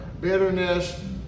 bitterness